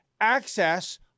access